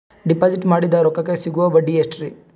Deposit ಮಾಡಿದ ರೊಕ್ಕಕೆ ಸಿಗುವ ಬಡ್ಡಿ ಎಷ್ಟ್ರೀ?